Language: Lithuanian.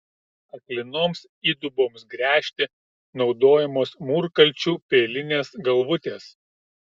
aklinoms įduboms gręžti naudojamos mūrkalčių peilinės galvutės